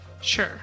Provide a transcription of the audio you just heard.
Sure